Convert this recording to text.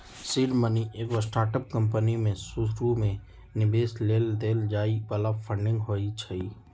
seed money एगो startup company में शुरुमे निवेश लेल देल जाय बला फंडिंग होइ छइ